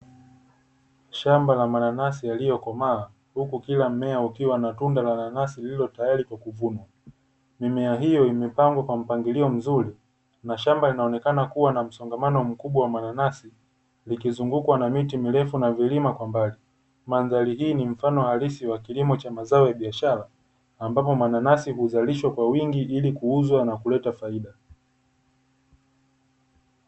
Shamba la manansi yaliyo komaa, huku kila mmea ukiwa na tunda la nanasi lililo tayari kwa kuvunwa mimea hiyo imepangwa kwa mpangilio mzuri, na shamba linaonekana kuwa na msongamano mkubwa wa manansi likizunguka na miti mirefu na vilima kwa mbali. Madhari hii ni mfano wa halisi wa kilimo cha mazao ya biashara ambapo mananasi huzalishwa kwa wingi ili kuuzwa na kuleta faida.